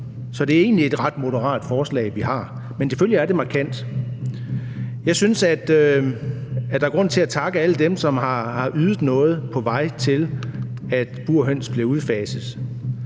så det er egentlig et ret moderat forslag, vi har, men selvfølgelig er det markant. Jeg synes, der er grund til at takke alle dem, som har ydet noget på vejen hen imod, at burhøns bliver udfaset.